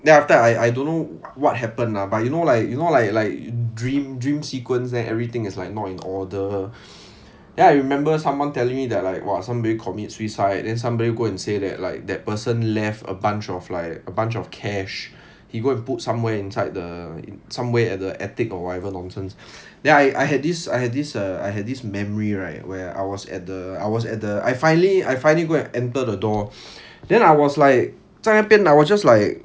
then after that I I don't know what happen lah but you know like you know like like dream dream sequence then everything is like not in order then I remember someone telling me that like !wah! somebody commit suicide then somebody go and say that like that person left a bunch of like a bunch of cash he go and put somewhere inside the somewhere at the attic or whatever nonsense then I I had this I had this uh I had this memory right where I was at the I was at the I finally I finally go and enter the door then I was like 在那边 I was just like